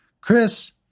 Chris